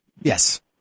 Yes